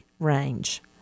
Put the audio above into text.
range